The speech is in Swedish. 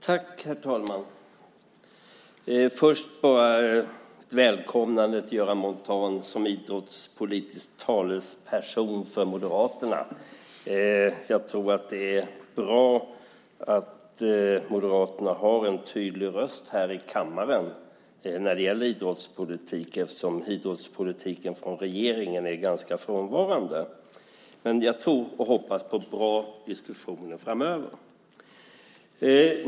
Herr talman! Först vill jag ge ett välkomnande till Göran Montan som idrottspolitisk talesperson för Moderaterna. Jag tror att det är bra att Moderaterna har en tydlig röst här i kammaren när det gäller idrottspolitiken, eftersom idrottspolitiken från regeringen är ganska frånvarande. Jag tror och hoppas på bra diskussioner framöver.